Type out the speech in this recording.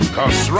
Cause